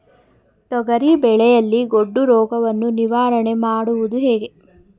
ತೊಗರಿ ಬೆಳೆಯಲ್ಲಿ ಗೊಡ್ಡು ರೋಗವನ್ನು ನಿವಾರಣೆ ಮಾಡುವುದು ಹೇಗೆ?